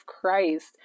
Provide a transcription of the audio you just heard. christ